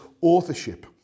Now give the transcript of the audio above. authorship